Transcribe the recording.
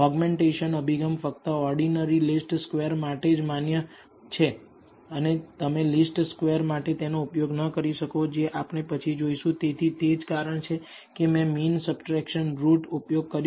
augmentation અભિગમ ફક્ત ordinary least square માટે જ માન્ય છે તમે લીસ્ટ સ્ક્વેર માટે તેને ઉપયોગ ન કરી શકો જે આપણે પછી જોઈશું તેથી તે જ કારણ છે કે મેં મીન સબસ્ટ્રેક્સન રૂટઉપયોગ કર્યું